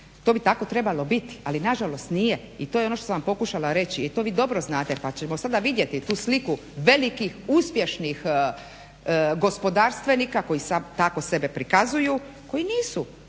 to bi tako trebalo biti, ali nažalost nije. I to je ono što sam vam pokušala reći i to vi dobro znate pa ćemo sada vidjeti tu sliku velikih uspješnih gospodarstvenika koji tako sebe prikazuju koji nisu